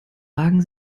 wagen